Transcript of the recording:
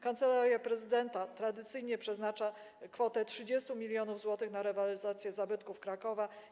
Kancelaria Prezydenta tradycyjnie przeznacza kwotę 30 mln zł na rewaloryzację zabytków Krakowa.